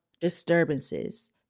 disturbances